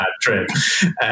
trip